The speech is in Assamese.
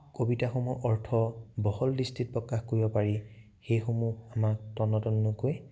কবিতাসমূহ অৰ্থ বহল দৃষ্টিত প্ৰকাশ কৰিব পাৰি সেইসমূহ আমাক তন্ন তন্নকৈ